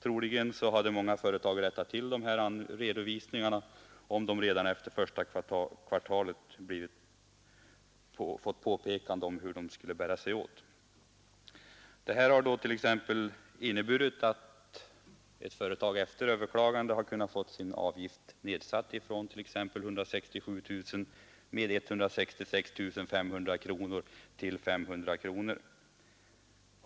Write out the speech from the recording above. Troligen hade många företag rättat till misstagen om de redan efter första kvartalet hade fått ett påpekande om hur de skulle bära sig åt. Nedsättningen av avgifterna har inneburit att ett företag efter överklagande har kunnat få sin avgift nedsatt med 166 500 kronor, från 167 000 kronor till 500 kronor.